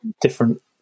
different